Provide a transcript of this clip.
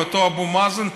על אותו אבו מאזן,